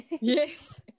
yes